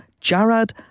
Jared